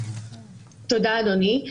תודה אדוני.